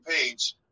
page